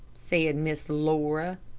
said miss laura.